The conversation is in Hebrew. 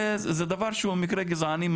זה דבר שהוא מקרה גזעני,